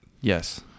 Yes